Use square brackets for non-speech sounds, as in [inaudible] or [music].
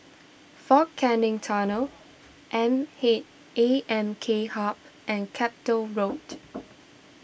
fort Canning Tunnel M K A M K Hub and Chapel Road [noise]